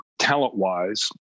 TalentWise